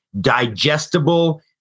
digestible